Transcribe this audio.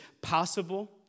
possible